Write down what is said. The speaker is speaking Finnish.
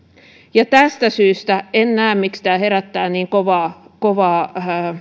tästä syystä en näe miksi tämä herättää niin kovaa kovaa